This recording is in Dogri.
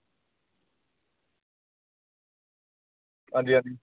हंजी हंजी